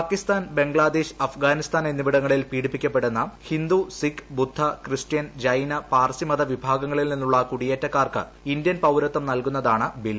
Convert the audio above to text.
പാകിസ്ഥാൻ ബംഗ്ലാദേശ് അഫ്ഗാനിസ്ഥാൻ എന്നിവിടങ്ങളിൽ പീഡിപ്പിക്കപ്പെടുന്ന ഹിന്ദു സിക്ക് ബുദ്ധ ക്രിസ്റ്റ്യൻ ജൈന പാർസി മത വിഭാഗങ്ങളിൽ നിന്നുള്ള കൂടിയേറ്റക്കാർക്ക് ഇന്ത്യൻ പൌരത്വം നൽകുന്നതാണ് ബിൽ